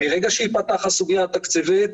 מרגע שתיפתח הסוגיה התקציבית